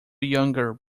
younger